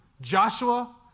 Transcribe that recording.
Joshua